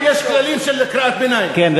מי שאומר "חוצפן" שיסתום את הפה,